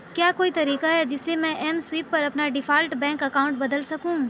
کیا کوئی طریقہ ہے جس سے میں ایم سوئپ پر اپنا ڈیفالٹ بینک اکاؤنٹ بدل سکوں